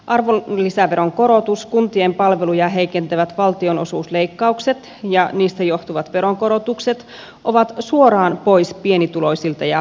arvonlisäveron korotus kuntien palveluja heikentävät valtionosuusleikkaukset ja niistä johtuvat veronkorotukset ovat suoraan pois pienituloisilta ja heikompiosaisilta